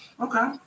Okay